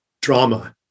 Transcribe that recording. drama